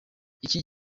iki